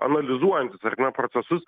analizuojantis ar ne procesus